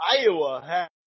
Iowa